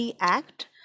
ACT